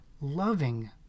loving